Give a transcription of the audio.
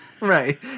right